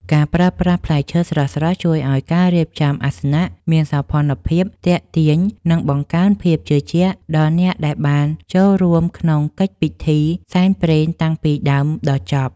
ការប្រើប្រាស់ផ្លែឈើស្រស់ៗជួយឱ្យការរៀបចំអាសនៈមានសោភ័ណភាពទាក់ទាញ និង បង្កើនភាពជឿជាក់ដល់អ្នកដែលបានចូលរួមក្នុងកិច្ចពិធីសែនព្រេនតាំងពីដើមដល់ចប់។